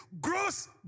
gross